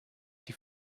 die